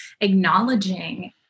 acknowledging